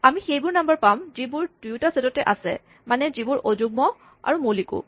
আমি সেইবোৰ নাম্বাৰ পাম যিবোৰ দুয়োটা ছেটতে আছে মানে যিবোৰ অযুগ্মও আৰু মৌলিকো